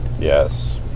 Yes